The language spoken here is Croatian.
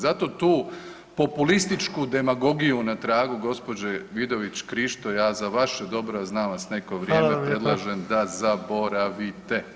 Zato tu populističku demagogiju na tragu gđe. Vidović Krišto ja za vaše dobro, a znam vas neko vrijeme [[Upadica: Hvala vam lijepa]] predlažem da zaboravite.